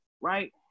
Right